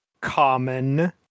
Common